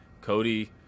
Cody